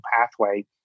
pathway